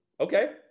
Okay